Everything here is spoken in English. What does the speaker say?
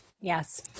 Yes